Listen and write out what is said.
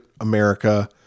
America